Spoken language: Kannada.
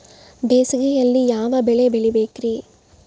ಬೇಸಿಗೆಯಲ್ಲಿ ಯಾವ ಬೆಳೆ ಬೆಳಿಬೇಕ್ರಿ?